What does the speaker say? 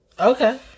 okay